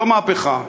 לא מהפכה,